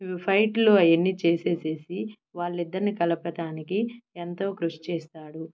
ఫైట్లు అవన్నీ చేసేసేసి వాళ్ళిద్దరిని కలపటానికి ఎంతో కృషి చేస్తారు